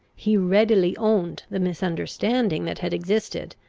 he readily owned the misunderstanding that had existed,